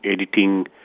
editing